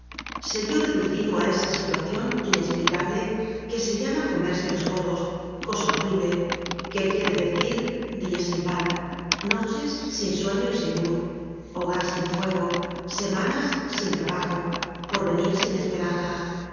se vió reducido á esa situacion inesplicable que se llama comerse los codos cosa horrible que quiere decir dias sin pan noches sin sueño y sin luz hogar sin fuego semanas sin trabajo porvenir sin esperanza